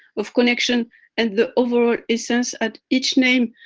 of connection and the overall essence at each name.